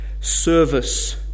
service